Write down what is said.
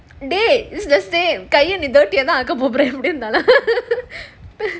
dey it's the same பிறகு என்ன ஆக போற:piragu enna aga pora